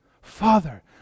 Father